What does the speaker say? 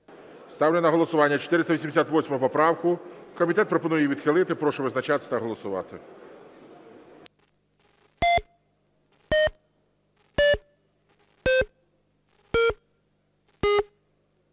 Ставлю на голосування 551 поправку. Комітетом вона відхилена. Прошу визначатись та голосувати.